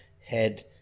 head